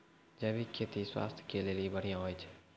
जैविक खेती स्वास्थ्य के लेली बढ़िया होय छै